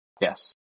Yes